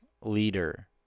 leader